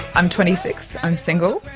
i'm twenty six, i'm single,